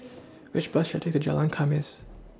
Which Bus should I Take to Jalan Khamis